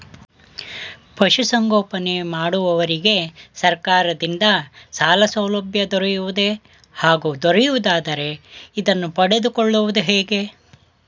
ಪಶುಸಂಗೋಪನೆ ಮಾಡುವವರಿಗೆ ಸರ್ಕಾರದಿಂದ ಸಾಲಸೌಲಭ್ಯ ದೊರೆಯುವುದೇ ಹಾಗೂ ದೊರೆಯುವುದಾದರೆ ಇದನ್ನು ಪಡೆದುಕೊಳ್ಳುವುದು ಹೇಗೆ?